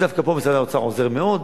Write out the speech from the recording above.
דווקא פה משרד האוצר עוזר מאוד.